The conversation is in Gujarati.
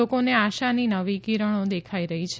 લોકોને આશાની નવી કિરણો દેખાઇ રહી છે